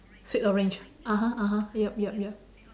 sweet orange (uh huh) (uh huh) yup yup yup